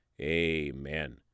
amen